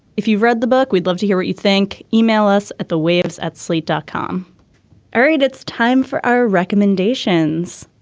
if you read the book we'd love to hear what you think. email us at the waves at slate dot dot com area. it's time for our recommendations.